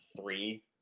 three